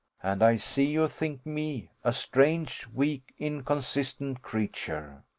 and i see you think me, a strange, weak, inconsistent creature.